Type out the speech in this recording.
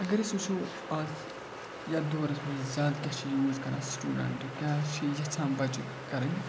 اگر أسۍ وٕچھو اَز یَتھ دورَس منٛز زیادٕ کیٛاہ چھِ یوٗز کَران سٹوٗڈَنٛٹ کیٛاہ چھِ یَژھان بَچہِ کَرٕنۍ